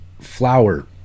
flower